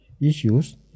issues